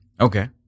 Okay